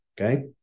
okay